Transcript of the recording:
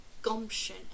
gumption